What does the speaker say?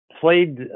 played